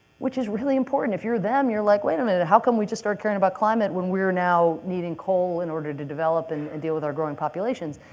which is really important. if you're them, you're like, wait a minute. how can we just start caring about climate when we are now needing coal in order to develop and and deal with our growing populations?